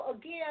again